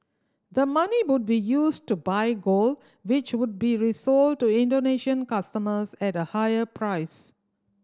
the money would be used to buy gold which would be resold to Indonesian customers at a higher price